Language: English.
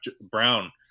Brown